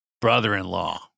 brother-in-law